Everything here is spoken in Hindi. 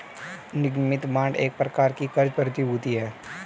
निगमित बांड एक प्रकार की क़र्ज़ प्रतिभूति है